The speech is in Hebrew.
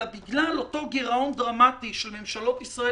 אלא בגלל אותו גירעון דרמטי של ממשלות ישראל